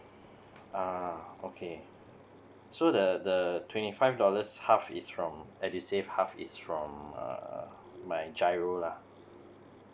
uh okay so the the twenty five dollars half is from edusave half is from err my giro lah